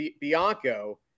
Bianco